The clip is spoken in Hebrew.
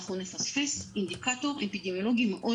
אנחנו נפספס אינדיקטור אפידמיולוגי מאוד